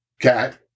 Cat